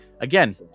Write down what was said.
Again